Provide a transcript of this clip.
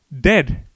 dead